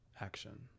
action